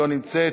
לא נמצאת.